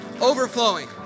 Overflowing